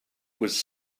was